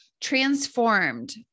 transformed